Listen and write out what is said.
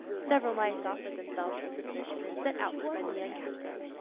several mice offered themselves for this mission and set out to find the young captain.